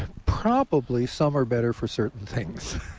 ah probably some are better for certain things.